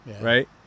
right